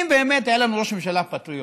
אם באמת היה לנו ראש ממשלה פטריוט,